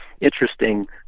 interesting